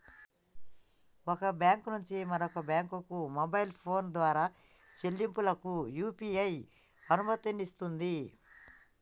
ఒక బ్యాంకు నుంచి మరొక బ్యాంకుకు మొబైల్ ఫోన్ ద్వారా చెల్లింపులకు యూ.పీ.ఐ అనుమతినిస్తుంది